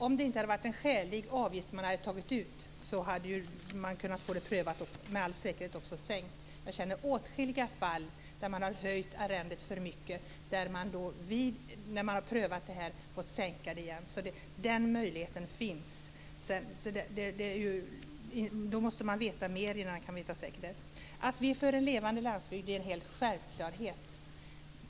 Om det hade varit en oskälig avgift som togs ut hade man kunnat få den prövad och med all säkerhet också sänkt. Jag känner till åtskilliga fall där arrendet har höjts för mycket och efter en prövning fått sänkas igen. Den möjligheten finns alltså. Man måste veta mer innan man kan säga att höjningen är oskälig. Att vi är för en levande landsbygd är en självklarhet.